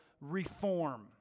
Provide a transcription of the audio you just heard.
reform